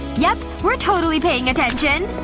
yep, we're totally paying attention,